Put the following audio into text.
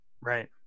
right